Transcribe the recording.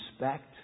respect